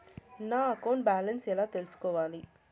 నా account balance ఎలా తెల్సుకోవాలి